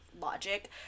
logic